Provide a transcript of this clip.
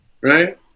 right